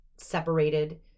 separated